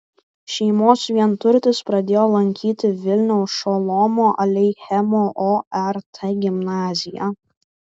šeimos vienturtis pradėjo lankyti vilniaus šolomo aleichemo ort gimnaziją